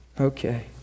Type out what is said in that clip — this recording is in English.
Okay